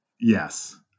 Yes